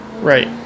right